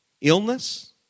Illness